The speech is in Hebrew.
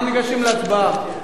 אנחנו ניגשים להצבעה.